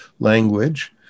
language